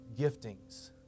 giftings